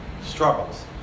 struggles